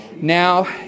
Now